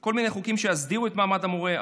כל מיני חוקים שיסדירו את מעמד המורה,